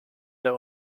der